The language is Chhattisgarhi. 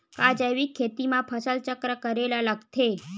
का जैविक खेती म फसल चक्र करे ल लगथे?